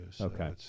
okay